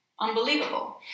unbelievable